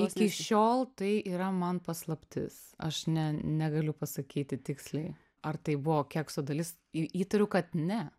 iki šiol tai yra man paslaptis aš ne negaliu pasakyti tiksliai ar tai buvo kekso dalis į įtariu kad ne